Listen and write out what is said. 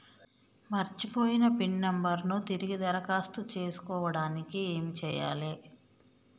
మర్చిపోయిన pin number ను తిరిగి దరఖాస్తు చేసుకోవడానికి ఏమి చేయాలే?